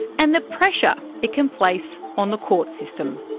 and the pressure it can place on the court system.